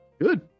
Good